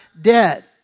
dead